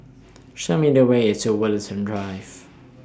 Show Me The Way to Woollerton Drive